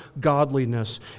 godliness